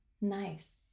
Nice